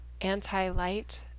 anti-light